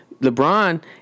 LeBron